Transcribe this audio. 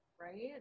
right